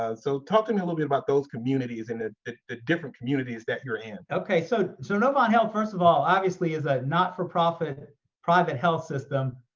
ah so talk to me a little bit about those communities, and ah the different communities that you're in. okay, so so novant health first of all, obviously, is a not-for-profit private health system.